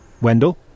Wendell